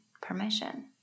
permission